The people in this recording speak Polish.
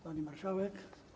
Pani Marszałek!